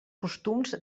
costums